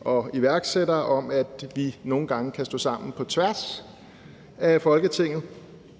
og iværksættere om, at vi nogle gange kan stå sammen på tværs af Folketinget.